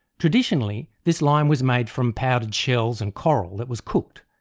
traditionally this lime was made from powdered shells and coral that was cooked,